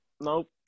Nope